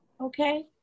Okay